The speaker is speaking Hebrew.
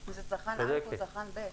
אם זה צרכן א' או צרכן ב'.